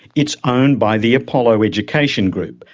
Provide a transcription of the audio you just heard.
it's owned by the apollo education group,